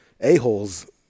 a-holes